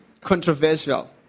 controversial